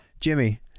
jimmy